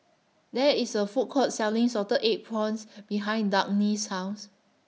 There IS A Food Court Selling Salted Egg Prawns behind Dagny's House